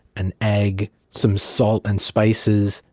an egg, some salt and spices,